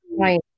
Right